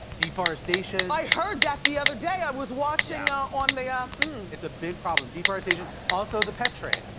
deforestation i heard that the other day! i was watching ah on the um it's a big problem. deforestation, also the pet trade.